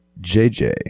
JJ